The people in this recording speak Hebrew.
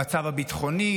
המצב הביטחוני,